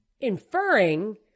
inferring